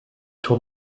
tour